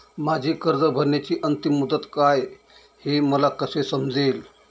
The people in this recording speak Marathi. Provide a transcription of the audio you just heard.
माझी कर्ज भरण्याची अंतिम मुदत काय, हे मला कसे समजेल?